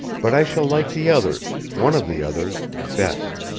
but i shall like the others one of the others best.